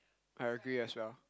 I agree as well